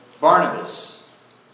Barnabas